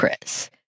Chris